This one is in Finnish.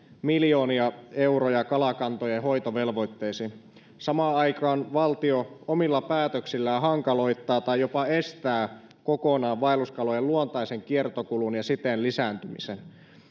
miljoonia euroja kalakantojen hoitovelvoitteisiin samaan aikaan valtio omilla päätöksillään hankaloittaa tai jopa estää kokonaan vaelluskalojen luontaisen kiertokulun ja siten lisääntymisen